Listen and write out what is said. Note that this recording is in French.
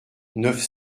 neuf